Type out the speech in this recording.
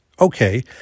okay